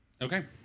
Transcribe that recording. Okay